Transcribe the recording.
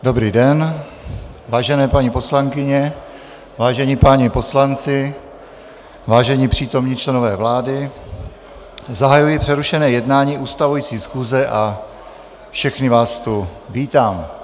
Dobrý den, vážené paní poslankyně, vážení páni, vážení přítomní členové vlády, zahajuji přerušené jednání ustavující schůze a všechny vás tu vítám.